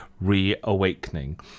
reawakening